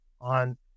on